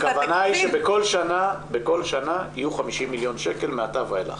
הכוונה היא שבכל שנה יהיו 50 מיליון שקל מעתה ואילך.